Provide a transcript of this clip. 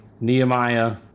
Nehemiah